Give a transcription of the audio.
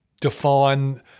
define